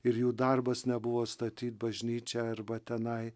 ir jų darbas nebuvo statyt bažnyčią arba tenai